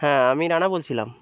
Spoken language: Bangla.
হ্যাঁ আমি রানা বলছিলাম